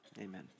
amen